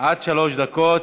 עד שלוש דקות.